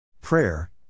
Prayer